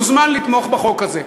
מוזמן לתמוך בחוק הזה.